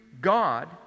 God